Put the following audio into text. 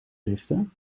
liften